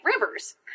rivers